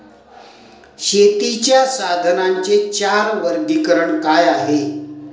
शेतीच्या साधनांचे चार वर्गीकरण काय आहे?